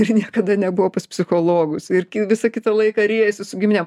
ir niekada nebuvo pas psichologus ir visą kitą laiką riejasi su giminėm